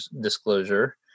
disclosure